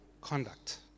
conduct